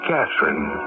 Catherine